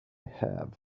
have